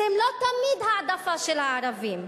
שהם לא תמיד העדפה של הערבים,